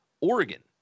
Oregon